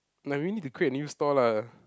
now we need to create a new store lah